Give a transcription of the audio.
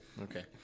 Okay